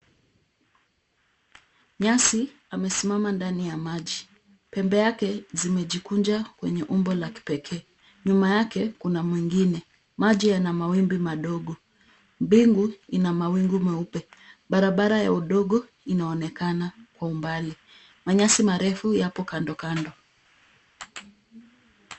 Nyasi amesimama ndani ya maji. Pembe yake zimejikunja kwenye umbo la kipekee. Nyuma yake kuna mwengine. Maji yana mawimbi madogo. Mbingu ina mawingu meupe. Barabara ya udogo inaonekana kwa umbali. Manyasi marefu yapo kando kando.